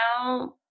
now